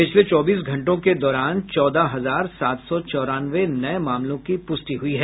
पिछले चौबीस घंटों के दौरान चौदह हजार सात सौ चवौरानवे नए मामलों की पुष्टि हुई है